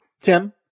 tim